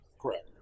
Correct